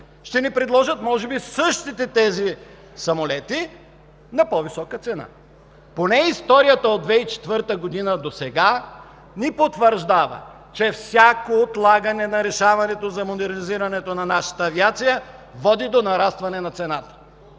ще ни предложат може би същите тези самолети на по висока цена. Поне историята от 2004 г. досега ни потвърждава, че всяко отлагане на решаването за модернизирането на нашата авиация води до нарастване на цената.